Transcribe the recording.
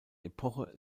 epoche